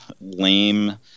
lame